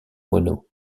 mono